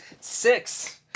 Six